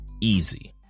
easy